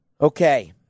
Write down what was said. Okay